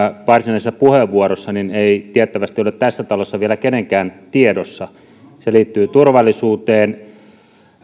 varsinaisessa puheenvuorossa ei tiettävästi ole tässä talossa vielä kenenkään tiedossa se liittyy turvallisuuteen